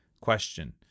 Question